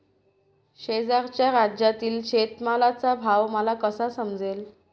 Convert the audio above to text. शेजारच्या राज्यातील शेतमालाचा भाव मला कसा समजेल?